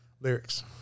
Lyrics